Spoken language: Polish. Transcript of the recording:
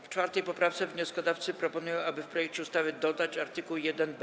W 4. poprawce wnioskodawcy proponują, aby w projekcie ustawy dodać art. 1b.